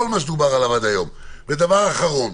דבר אחרון,